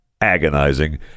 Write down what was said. agonizing